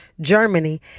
Germany